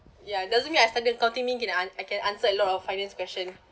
ya doesn't mean I studied accounting mean can ans~ I can answer a lot of finance question